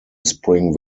spring